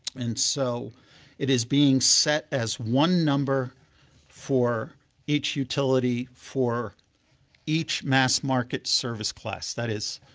and so it is being set as one number for each utility for each mass market service class. that is,